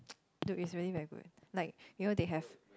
dude is really very good like you know they have